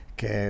che